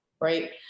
right